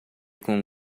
com